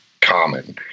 common